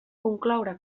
concloure